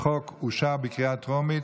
שהצעת החוק אושרה בקריאה טרומית,